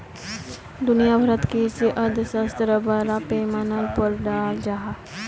दुनिया भारोत कृषि अर्थशाश्त्र बड़ा पैमानार पोर पढ़ाल जहा